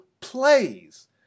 plays